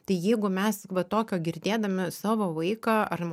tai jeigu mes va tokio girdėdami savo vaiką ar